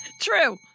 True